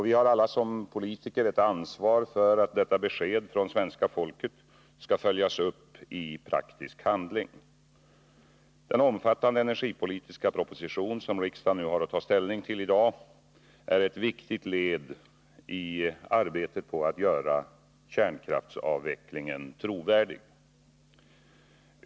Vi har alla som politiker ett ansvar för att detta besked från svenska folket skall följas upp i praktisk handling. Den omfattande energipolitiska proposition som riksdagen i dag har att ta ställning till är ett viktigt led i arbetet på att göra kärnkraftsavvecklingen trovärdig.